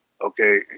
okay